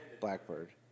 Blackbird